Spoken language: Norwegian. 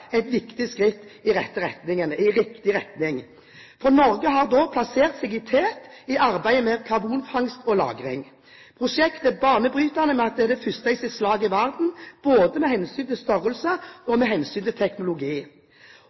et viktig skritt i riktig retning. Norge har plassert seg i tet i arbeidet med karbonfangst og -lagring. Prosjektet er banebrytende ved at det er det første i sitt slag i verden, med hensyn til både størrelse og teknologi. Fra og med